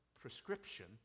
prescription